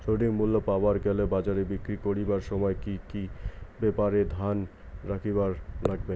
সঠিক মূল্য পাবার গেলে বাজারে বিক্রি করিবার সময় কি কি ব্যাপার এ ধ্যান রাখিবার লাগবে?